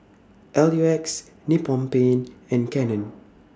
L U X Nippon Paint and Canon